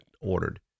ordered